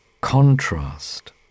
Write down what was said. contrast